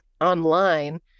online